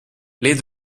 les